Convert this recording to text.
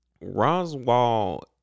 Roswell